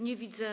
Nie widzę.